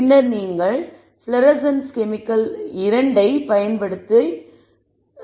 பின்னர் நீங்கள் fluorescence chemical 2 மற்றும் பலவற்றைப் பார்க்கிறீர்கள்